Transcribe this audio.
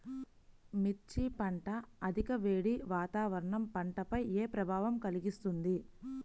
మిర్చి పంట అధిక వేడి వాతావరణం పంటపై ఏ ప్రభావం కలిగిస్తుంది?